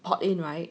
port in right